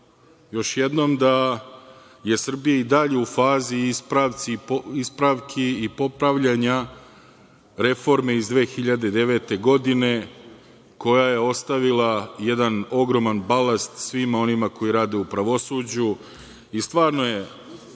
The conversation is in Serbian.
još jednom da je Srbija i dalje u fazi ispravki i popravljanja reforme iz 2009. godine, koja je ostavila jedan ogroman balast svima onima koji rade u pravosuđu i stvarno je